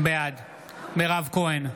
בעד מירב כהן,